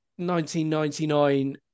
1999